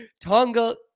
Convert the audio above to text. tonga